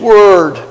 Word